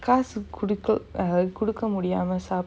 காசு குடுக்கல்:kaasu kudukkal err குடுக்க முடியாம:kudukka mudiyaama sap~